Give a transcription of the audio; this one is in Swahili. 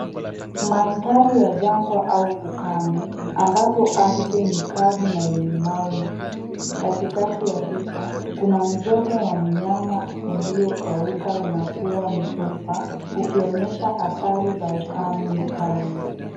Mandhari ya jangwa au ukame ambapo ardhi ni kavu na yenye mawe mengi. Katikati ya picha kuna mzoga wa mnyama uliokauka na kuwa mifupa ukionyesha athari za ukame mkali.